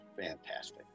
fantastic